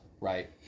right